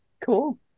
Cool